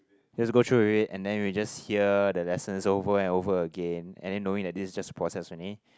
just go through with it and then we will just hear the lessons over and over again and then knowing that this is just process only